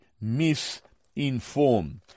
misinformed